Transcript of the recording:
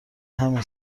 همین